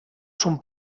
son